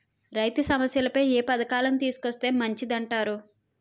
రైతు సమస్యలపై ఏ పథకాలను తీసుకొస్తే మంచిదంటారు?